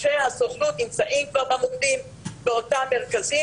אנשי הסוכנות נמצאים כבר במוקדים באותם מרכזים.